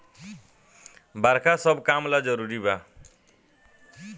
बरखा सब काम ला जरुरी बा